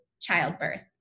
childbirth